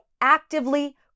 actively